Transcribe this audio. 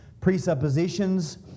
presuppositions